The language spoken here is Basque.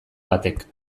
batek